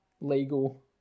Legal